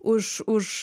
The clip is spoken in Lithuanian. už už